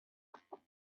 flood